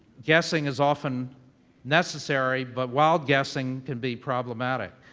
guessing is often necessary, but wild guessing can be problematic.